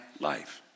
life